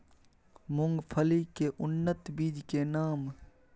मूंगफली के उन्नत बीज के नाम?